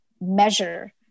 measure